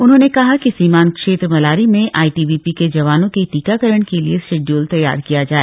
उन्होंने कहा कि सीमांत क्षेत्र मलारी में आईटीबीपी के जवानों के टीकाकरण के लिए शेड्यूल तैयार किया जाए